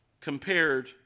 compared